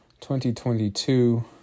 2022